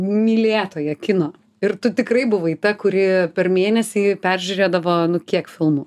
mylėtoją kino ir tu tikrai buvai ta kuri per mėnesį peržiūrėdavo nu kiek filmų